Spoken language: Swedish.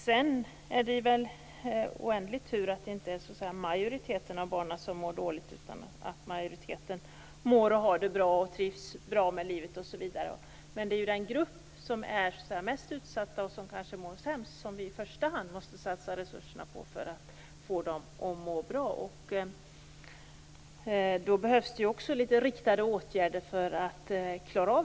Det är väl en oändlig tur att inte majoriteten av barnen mår dåligt, utan att majoriteten mår och har det bra, trivs bra med livet. Det är den grupp som är mest utsatt och som kanske mår sämst som vi i första hand måste satsa resurserna på för att få dem att må bra. För att klara av det behövs det riktade åtgärder.